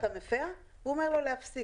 אתה מפר ואומר לו להפסיק.